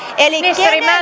eli